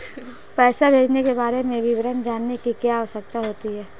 पैसे भेजने के बारे में विवरण जानने की क्या आवश्यकता होती है?